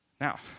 Now